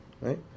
right